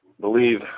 believe